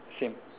same